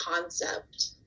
concept